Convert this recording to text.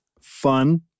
Fun